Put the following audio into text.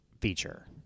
feature